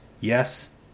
yes